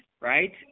right